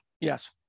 Yes